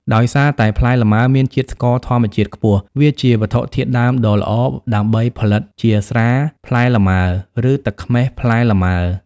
ដោយសារតែផ្លែលម៉ើមានជាតិស្ករធម្មជាតិខ្ពស់ វាជាវត្ថុធាតុដើមដ៏ល្អដើម្បីផលិតជា ស្រាផ្លែលម៉ើ ឬ ទឹកខ្មេះផ្លែលម៉ើ។